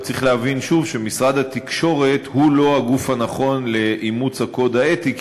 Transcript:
אבל צריך להבין שוב שמשרד התקשורת הוא לא הגוף הנכון לאימוץ הקוד האתי,